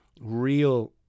real